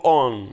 on